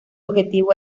objetivo